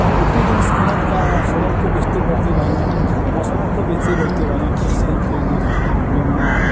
ᱩᱛᱩ ᱡᱤᱱᱤᱥ ᱠᱚᱦᱚᱸ ᱚᱱᱠᱟ ᱥᱩᱱᱩᱢ ᱠᱚ ᱡᱟᱹᱥᱛᱤ ᱵᱟᱹᱲᱛᱤ ᱵᱟᱝᱟ ᱢᱚᱥᱞᱟ ᱠᱚ ᱡᱟᱹᱥᱛᱤ ᱵᱟᱹᱲᱛᱤ ᱵᱟᱝᱟ ᱴᱷᱤᱠ ᱥᱟᱺᱦᱤᱡ ᱛᱮ ᱡᱚᱢ ᱢᱟ